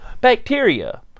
Bacteria